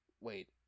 wait